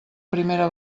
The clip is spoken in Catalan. primera